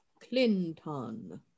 Clinton